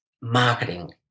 marketing